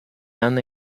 han